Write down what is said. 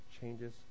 changes